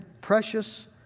precious